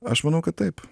aš manau kad taip